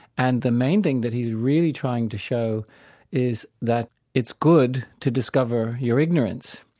and the main thing that he's really trying to show is that it's good to discover your ignorance.